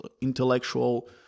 intellectual